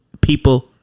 people